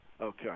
Okay